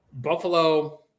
Buffalo